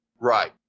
Right